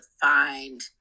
find